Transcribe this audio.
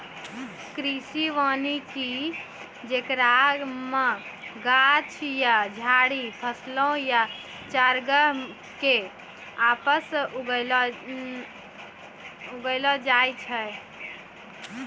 कृषि वानिकी जेकरा मे गाछ या झाड़ि फसल या चारगाह के आसपास उगैलो जाय छै